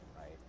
right